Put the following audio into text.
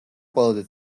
ყველაზე